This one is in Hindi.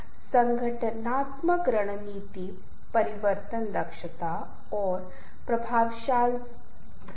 शुरू करने से पहले हमें यह समझना होगा कि इस दुनिया में कोई भी रिश्ता स्थायी नहीं है